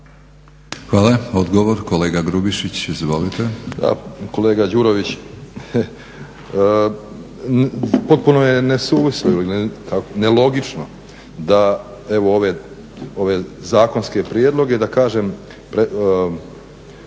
Hvala. Odgovor kolega Grubišić. Izvolite.